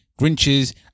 Grinches